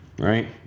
right